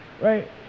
Right